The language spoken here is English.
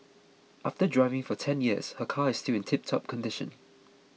after driving for ten years her car is still in tiptop condition